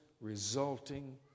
resulting